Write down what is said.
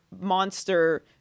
monster